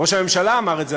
ראש הממשלה אמר את זה,